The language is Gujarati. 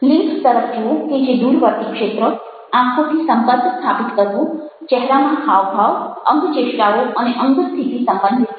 લિન્ક્સ તરફ જુઓ કે જે દૂરવર્તી ક્ષેત્ર આંખોથી સંપર્ક સ્થાપિત કરવો ચહેરાના હાવભાવ અંગચેષ્ટાઓ અને અંગસ્થિતિ સંબંધિત છે